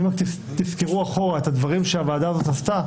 אם תסקרו אחורה את הדברים שהוועדה הזאת עשתה,